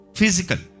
physical